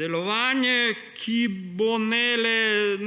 delovanje, ki bo